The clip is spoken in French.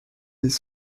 des